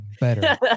better